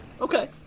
Okay